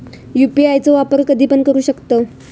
UPI चो वापर कधीपण करू शकतव?